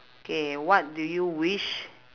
K what do you wish